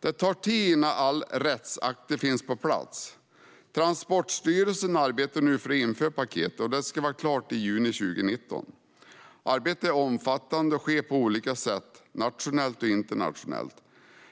Det tar tid innan alla rättsakter finns på plats. Transportstyrelsen arbetar nu för att införa paketet. Det ska vara klart i juni 2019. Arbetet är omfattande och sker på olika sätt - nationellt och internationellt.